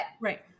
right